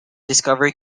discovery